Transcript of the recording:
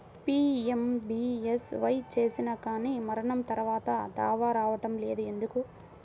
PMBSY చేసినా కానీ మరణం తర్వాత దావా రావటం లేదు ఎందుకు?